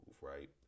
right